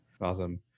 Awesome